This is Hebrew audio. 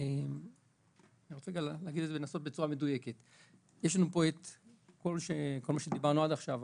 יש כל מה שדיברנו עד עכשיו,